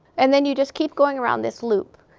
and then you just keep going around this loop,